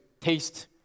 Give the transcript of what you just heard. taste